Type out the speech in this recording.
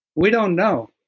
we don't know.